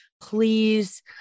Please